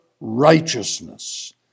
righteousness